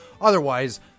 Otherwise